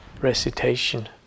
recitation